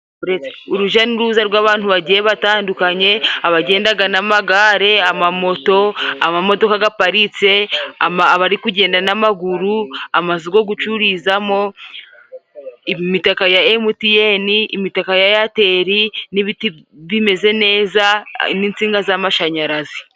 Uruja n'uruza rw'abantu bagiye batandukanye, abagendaga n'amagare, amamoto, amamodoka gaparitse, abari kugenda n'amaguru, amazu go gucururizamo, imitaka ya emuti ene, imitaka ya eyatele n'ibiti bimeze neza n'insinga z'amashanyarazi.